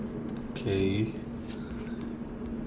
kay